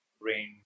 rain